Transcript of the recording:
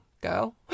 go